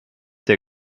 der